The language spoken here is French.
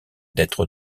d’être